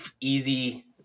easy